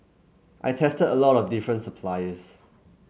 I tested a lot of different suppliers